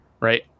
right